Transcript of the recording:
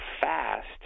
fast